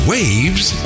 Waves